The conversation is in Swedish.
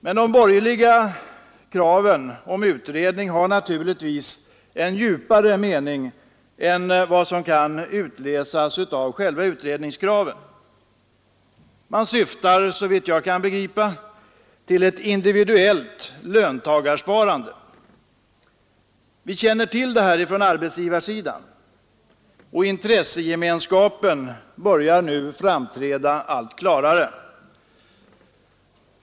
Men de borgerliga kraven om utredning har naturligtvis en djupare mening än vad som kan utläsas av själva utredningskraven. Man syftar, såvitt jag kan begripa, till ett individuellt löntagarsparande. Vi känner till detta från arbetsgivarsidan, och intressegemenskapen börjar nu framträda allt klarare.